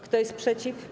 Kto jest przeciw?